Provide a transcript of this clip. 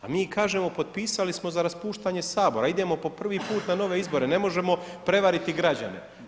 A mi kažemo potpisali smo za raspuštanje Sabora, idemo po prvi put na nove izbore, ne možemo prevariti građane.